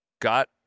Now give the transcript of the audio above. got